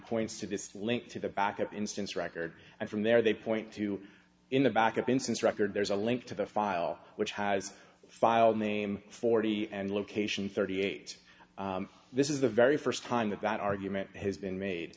points to this link to the back up instance record and from there they point to in the back of instance record there's a link to the file which has filed name forty and location thirty eight this is the very first time that that argument has been made